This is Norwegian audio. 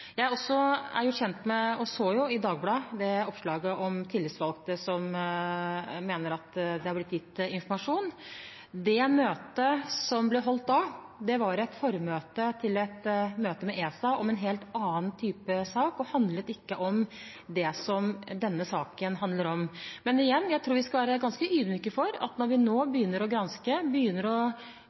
Jeg er også kjent med – og så i Dagbladet – det oppslaget om tillitsvalgte som mener at det har blitt gitt informasjon. Det møtet som ble holdt da, var et formøte til et møte med ESA om en helt annen type sak, og handlet ikke om det som denne saken handler om. Men igjen: Jeg tror vi skal være ganske ydmyke, for når vi nå begynner å granske, begynner å